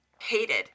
hated